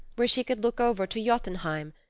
where she could look over to jotunheim,